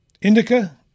Indica